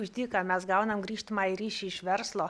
už dyką mes gaunam grįžtamąjį ryšį iš verslo